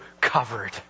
covered